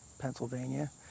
Pennsylvania